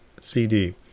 CD